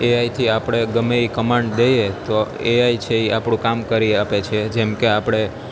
એઆઈથી આપણે ગમે તે કમાન્ડ દઈએ તો એઆઈ છે ઈ આપણું કામ કરી આપે છે જેમ કે આપણે